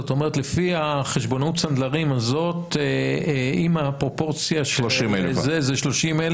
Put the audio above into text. זאת אומרת לפי חשבונאות סנדלרים הזאת אם הפרופורציה זה 30,000,